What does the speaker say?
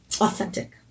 authentic